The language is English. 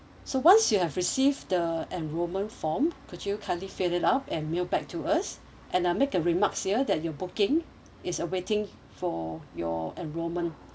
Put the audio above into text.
so once you have received the enrolment form could you kindly fill it up and mail back to us and I'll make a remarks here that you booking is awaiting for your enrolment